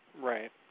Right